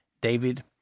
David